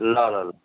ल ल ल